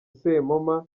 sempoma